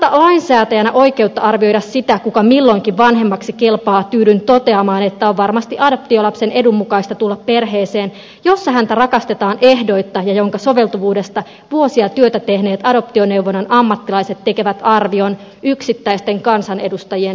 ottamatta lainsäätäjänä oikeutta arvioida sitä kuka milloinkin vanhemmaksi kelpaa tyydyn toteamaan että on varmasti adoptiolapsen edun mukaista tulla perheeseen jossa häntä rakastetaan ehdoitta ja jonka soveltuvuudesta vuosia työtä tehneet adoptioneuvonnan ammattilaiset tekevät arvion yksittäisten kansanedustajien sijaan